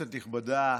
כנסת נכבדה,